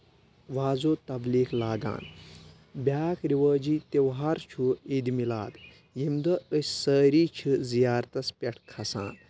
وازو تبلیٖخ لاگان بیاکھ روٲجی تِوہار چھُ عیٖد مِلاد ییٚمہِ دۄہ أسۍ سٲری چھِ زِیارتس پؠٹھ کھسان